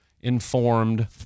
informed